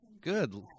Good